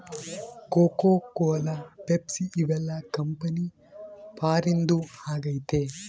cocoa Cola Pepsi ಇವೆಲ್ಲ company ಫಾರಿನ್ದು ಆಗೈತೆ